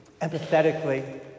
empathetically